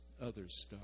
others